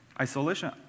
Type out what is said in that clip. isolation